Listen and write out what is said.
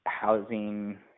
housing